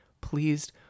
pleased